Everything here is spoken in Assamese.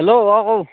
হেল্ল' অ কওক